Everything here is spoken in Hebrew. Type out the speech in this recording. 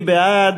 מי בעד?